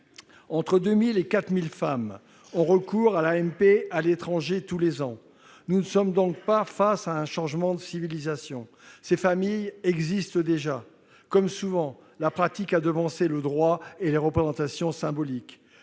entre 2 000 et 4 000 femmes ont recours à l'AMP à l'étranger. Nous ne sommes donc pas devant un changement de civilisation ; ces familles existent déjà. Comme souvent, la pratique a devancé le droit et les représentations symboliques.